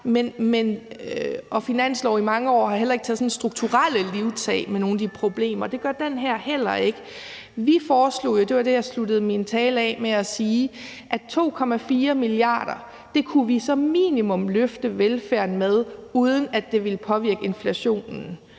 Finansloven har i mange år heller ikke taget et strukturelt livtag med nogen af de problemer, og det gør den her heller ikke. Vi foreslog jo, og det var det, jeg sluttede min tale af med at sige, at 2,4 mia. kr. kunne vi som minimum løfte velfærden med, uden at det ville påvirke inflationen.